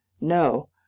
no